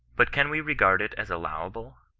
but can we re gard it as allowable,